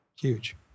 Huge